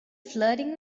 flirting